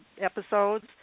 episodes